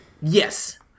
yes